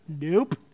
nope